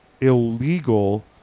illegal